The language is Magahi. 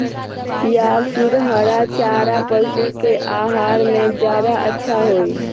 या फिर हरा चारा पशु के आहार में ज्यादा अच्छा होई?